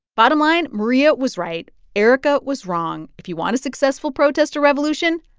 bottom line maria was right erica was wrong. if you want a successful protest or revolution,